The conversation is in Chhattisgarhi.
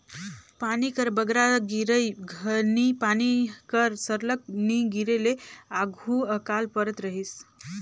पानी कर बगरा गिरई घनी पानी कर सरलग नी गिरे ले आघु अकाल परत रहिस